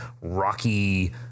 rocky